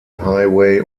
highway